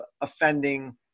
offending